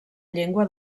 llengua